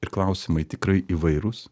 ir klausimai tikrai įvairūs